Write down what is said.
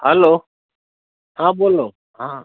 હાલો હા બોલો હા